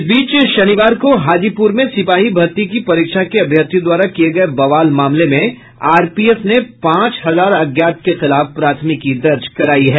इस बीच शनिवार को हाजीपुर में सिपाही भर्ती की परीक्षा के अभ्यर्थियों द्वारा किये गये बवाल मामले में आरपीएफ ने पांच हजार अज्ञात के खिलाफ प्राथमिकी दर्ज करायी है